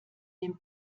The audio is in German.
dem